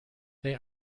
they